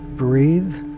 Breathe